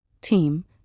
team